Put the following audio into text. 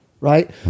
Right